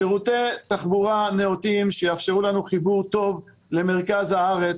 שירותי תחבורה נאותים שיאפשרו לנו חיבור טוב למרכז הארץ,